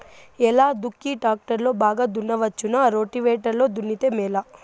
ఎలా దుక్కి టాక్టర్ లో బాగా దున్నవచ్చునా రోటివేటర్ లో దున్నితే మేలా?